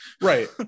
Right